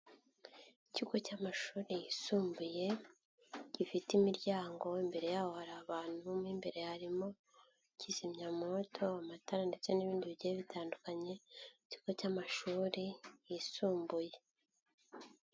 Ikigo cy'amashuri yisumbuye, gifite imiryango, imbere yaho hari abantu, mo imbere harimo kizimyamoto, amatara ndetse n'ibindi bigiye bitandukanye, ikigo cy'amashuri yisumbuye.